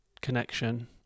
connection